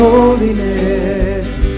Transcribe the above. Holiness